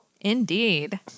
Indeed